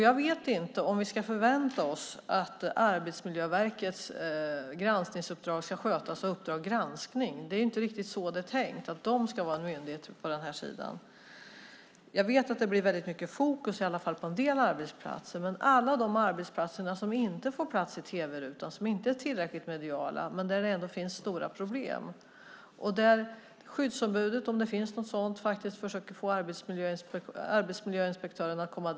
Jag vet inte om vi ska förvänta oss att Arbetsmiljöverkets granskningsuppdrag ska skötas av Uppdrag granskning . Det är inte riktigt så det är tänkt, att de ska vara en myndighet på den här sidan. Det blir väldigt mycket fokus på en del arbetsplatser, men sedan finns alla de arbetsplatser som inte får plats i tv-rutan, som inte är tillräckligt mediala men där det ändå finns stora problem och dit skyddsombudet, om det finns något sådant, försöker få arbetsmiljöinspektörerna att komma.